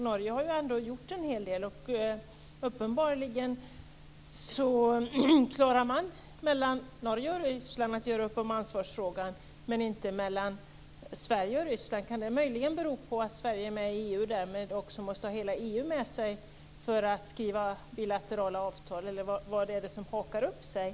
Norge har ju ändå gjort en hel del. Uppenbarligen klarar man att göra upp ansvarsfrågan mellan Norge och Ryssland. Dock går det inte mellan Sverige och Ryssland. Kan det möjligen bero på att Sverige är med i EU och därmed måste ha hela EU med sig för att skriva bilaterala avtal, eller vad är det som hakar upp sig?